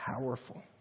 powerful